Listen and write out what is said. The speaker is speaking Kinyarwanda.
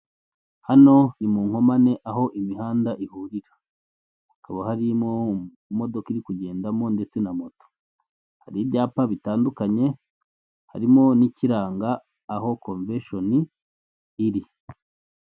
Hano ni munkomane aho imihanda ihurira, hakaba harimo imodoka iri kugendamo ndetse na moto, hari ibyapa bitandukanye harimo n'ikiranga aho komvesheni iri.